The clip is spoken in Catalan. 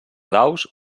daus